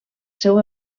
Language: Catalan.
seu